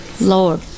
Lord